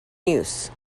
use